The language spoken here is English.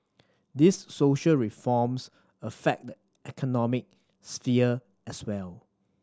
these social reforms affect the economic sphere as well